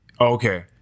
okay